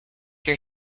your